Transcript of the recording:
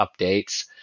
updates